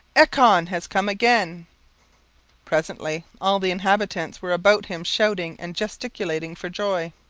echon has come again presently all the inhabitants were about him shouting and gesticulating for joy.